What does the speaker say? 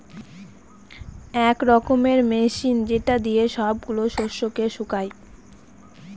এক রকমের মেশিন যেটা দিয়ে সব গুলা শস্যকে শুকায়